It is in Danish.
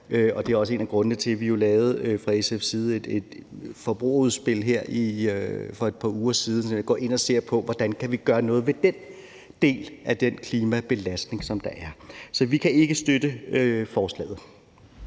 Det er også en af grundene til, at vi fra SF's side lavede et forbrugerudspil for et par uger siden, hvor vi går ind og ser på, hvordan vi kan gøre noget ved den del af den klimabelastning, der er. Så vi kan ikke støtte forslaget.